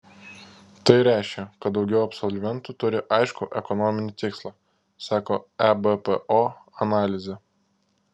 tai reiškia kad daugiau absolventų turi aiškų ekonominį tikslą sako ebpo analizė